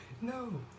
no